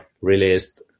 released